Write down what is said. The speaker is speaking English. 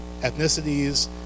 ethnicities